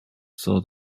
saw